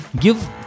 give